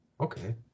okay